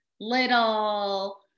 little